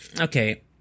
okay